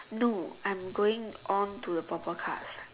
no I'm going on to the purple card